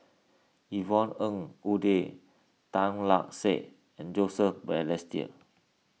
Yvonne Ng Uhde Tan Lark Sye and Joseph Balestier